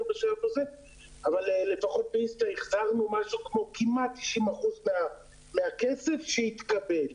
אבל לפחות באיסתא החזרנו משהו כמו כמעט 90% מהכסף שהתקבל.